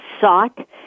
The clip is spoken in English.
sought